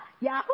Yahoo